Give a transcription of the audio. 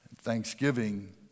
Thanksgiving